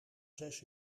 zes